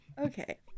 okay